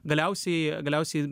galiausiai galiausiai